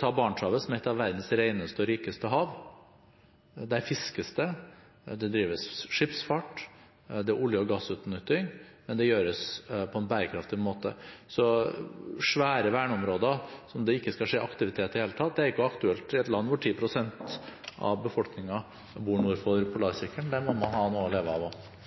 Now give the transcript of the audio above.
Ta Barentshavet, som er et av verdens reneste og rikeste hav: Der fiskes det, det drives skipsfart, og det er olje- og gassutnytting, men det gjøres på en bærekraftig måte. Svære verneområder som det ikke skal være aktivitet i, er ikke aktuelt for et land hvor 10 pst. av befolkningen bor nord for polarsirkelen. Der må man ha noe å leve av